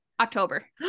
October